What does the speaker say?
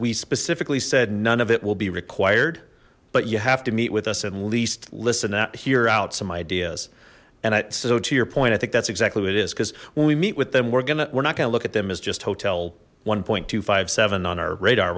we specifically said none of it will be required but you have to meet with us at least listen out here out some ideas and i said oh do your point i think that's exactly what it is because when we meet with them we're gonna we're not gonna look at them as just hotel one point two five seven on our radar